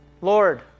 Lord